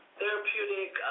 therapeutic